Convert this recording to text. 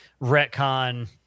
retcon